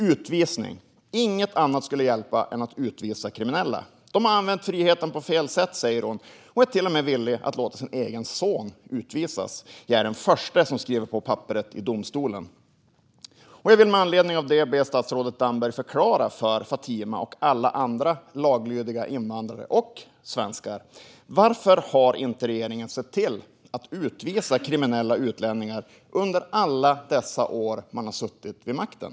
Utvisning - inget annat skulle hjälpa än att utvisa kriminella. De har använt friheten på fel sätt, säger hon, och är till och med villig att låta sin egen son utvisas. Jag är den första som skriver på papperet i domstolen, säger hon. Jag vill med anledning av detta be statsrådet Damberg förklara för Fatima och alla andra laglydiga invandrare och svenskar varför regeringen inte har sett till att utvisa kriminella utlänningar under alla dessa år man har suttit vid makten.